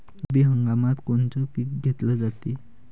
रब्बी हंगामात कोनचं पिक घेतलं जाते?